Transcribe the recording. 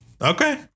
Okay